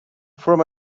from